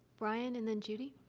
brian and then judy.